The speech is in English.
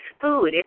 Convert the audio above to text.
food